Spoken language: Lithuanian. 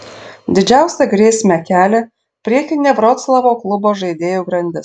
didžiausią grėsmę kelia priekinė vroclavo klubo žaidėjų grandis